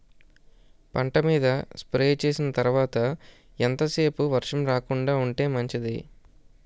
పంట మీద స్ప్రే చేసిన తర్వాత ఎంత సేపు వర్షం రాకుండ ఉంటే మంచిది?